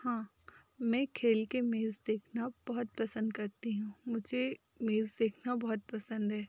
हाँ मैं खेल के मेज़ देखना बहुत पसंद करती हूँ मुझे मेज़ देखना बहुत पसंद है